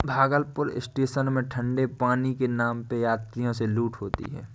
Bhagalpur station में ठंडे पानी के नाम पे यात्रियों से लूट होती है